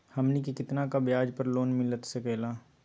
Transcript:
हमनी के कितना का ब्याज पर लोन मिलता सकेला?